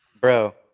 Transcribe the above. Bro